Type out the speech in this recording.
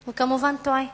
הוא כמובן טועה.